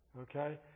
okay